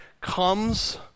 comes